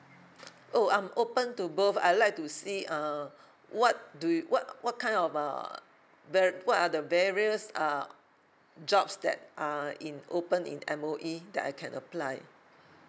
oh I'm open to both I'd like to see uh what do you what what kind of uh var~ what are the various uh jobs that are in open in M_O_E that I can apply